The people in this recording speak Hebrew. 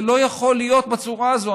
זה לא יכול להיות בצורה הזו,